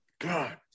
god